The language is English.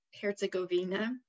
Herzegovina